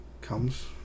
comes